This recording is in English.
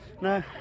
no